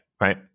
right